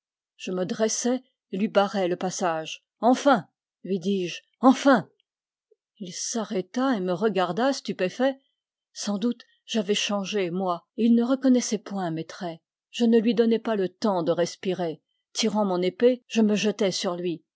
je me dressai et lui barrai le passage enfin lui dis-je enfin il s'arrêta et me regarda stupéfait sans doute j'avais changé moi et il ne reconnaissait point mes traits je ne lui donnai pas le temps de respirer tirant mon épée je me jetai sur lui